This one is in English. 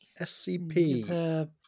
SCP